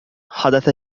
حدث